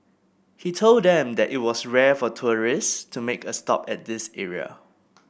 he told them that it was rare for tourists to make a stop at this area